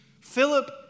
Philip